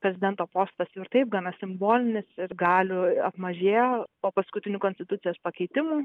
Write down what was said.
prezidento postas ir taip gana simbolinis ir galių apmažėjo po paskutinio konstitucijos pakeitimų